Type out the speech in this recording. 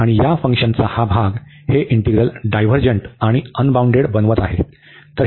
आणि या फंक्शनाचा हा भाग हे इंटीग्रल डायव्हर्जंट आणि अनबाउंडेड बनवत आहे